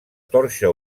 torxa